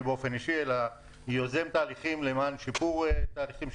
באופן אישי אלא יוזם תהליכים למען שיפור תהליכים,